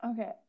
Okay